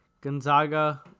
Gonzaga